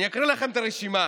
אני אקריא לכם את הרשימה